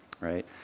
Right